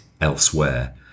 elsewhere